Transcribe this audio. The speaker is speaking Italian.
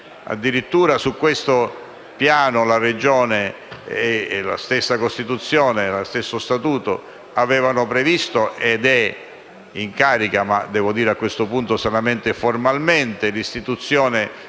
Addirittura, su questo piano la Regione, la stessa Costituzione e lo stesso Statuto avevano previsto (ed è in carica, ma a questo punto soltanto formalmente) l'istituzione